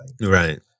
Right